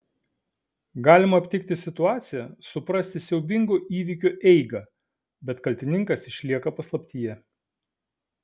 galima aptikti situaciją suprasti siaubingo įvykio eigą bet kaltininkas išlieka paslaptyje